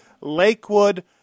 Lakewood